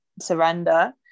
surrender